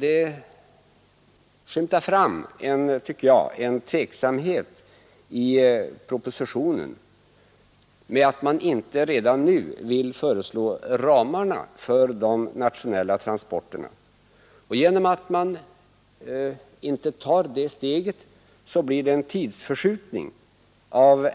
Det skymtar fram, tycker jag, en tveksamhet i propositionen genom att man inte redan nu vill föreslå ramarna för de nationella transporterna. Genom att man inte tar detta steg uppstår en tidsförskjutning av